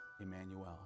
Emmanuel